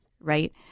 right